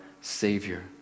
Savior